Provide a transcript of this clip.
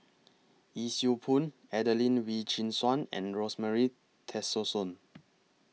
Yee Siew Pun Adelene Wee Chin Suan and Rosemary Tessensohn